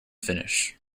finish